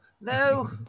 no